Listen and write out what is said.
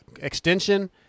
extension